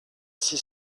six